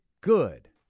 good